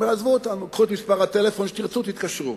עזבו אותנו, קחו את מספר הטלפון, כשתרצו, תתקשרו.